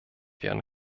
werden